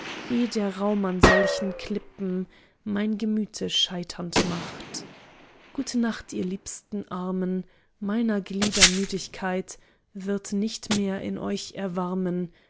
der raum an solchen klippen mein gemüte scheiternd macht gute nacht ihr liebsten armen meiner glieder müdigkeit wird nicht mehr in euch erwarmen